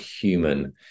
human